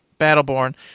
Battleborn